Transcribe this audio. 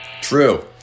True